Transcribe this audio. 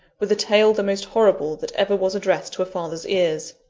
with a tale the most horrible that ever was addressed to a father's ears.